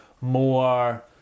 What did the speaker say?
more